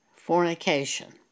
fornication